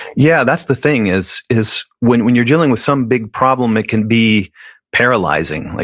yeah, that's the thing is is when when you're dealing with some big problem, it can be paralyzing. like